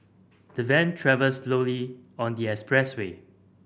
the van travelled slowly on the expressway